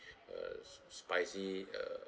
uh spicy uh